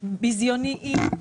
ביזיוניים,